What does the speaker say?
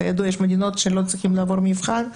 כידוע יש מדינות שלא צריכים לעבור מבחן,